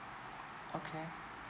okay